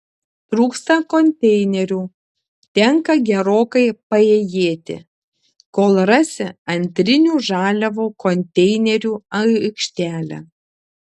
trūksta konteinerių tenka gerokai paėjėti kol rasi antrinių žaliavų konteinerių aikštelę